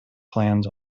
plans